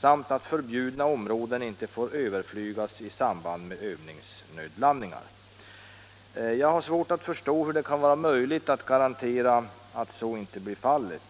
samt att "förbjudna områden” inte får överflygas i samband med övningsnödlandningar”. Jag har svårt att förstå hur det kan vara möjligt att garantera att så inte blir fallet.